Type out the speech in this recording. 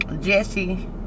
Jesse